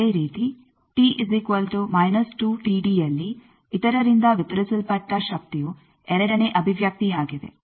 ಅದೇ ರೀತಿ ಯಲ್ಲಿ ಇತರರಿಂದ ವಿತರಿಸಲ್ಪಟ್ಟ ಶಕ್ತಿಯು ಎರಡನೇ ಅಭಿವ್ಯಕ್ತಿಯಾಗಿದೆ